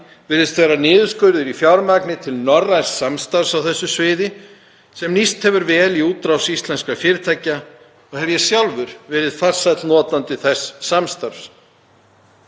virðist vera niðurskurður í fjármagni til norræns samstarfs á þessu sviði sem nýst hefur vel í útrás íslenskra fyrirtækja og hef ég sjálfur verið farsæll notandi þess samstarfs.